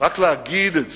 רק להגיד את זה,